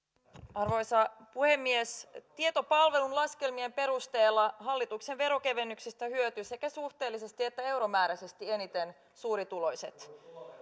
arvoisa puhemies tietopalvelun laskelmien perusteella hallituksen veronkevennyksestä hyötyvät sekä suhteellisesti että euromääräisesti eniten suurituloiset